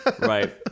Right